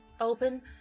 open